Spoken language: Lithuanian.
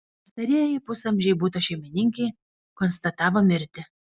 pastarieji pusamžei buto šeimininkei konstatavo mirtį